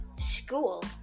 school